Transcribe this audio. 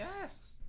Yes